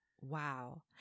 Wow